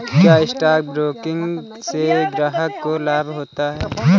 क्या stock broking से ग्राहक को लाभ होता है?